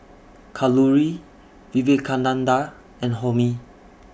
Kalluri Vivekananda and Homi